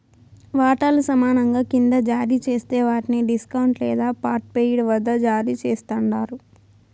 వాటాలు సమానంగా కింద జారీ జేస్తే వాట్ని డిస్కౌంట్ లేదా పార్ట్పెయిడ్ వద్ద జారీ చేస్తండారు